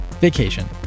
vacation